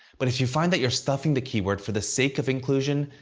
but if you find that you're stuffing the keyword for the sake of inclusion,